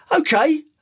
Okay